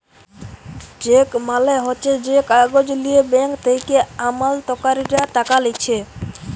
check মালে হচ্যে যে কাগজ লিয়ে ব্যাঙ্ক থেক্যে আমালতকারীরা টাকা লিছে